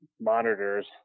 monitors